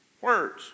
words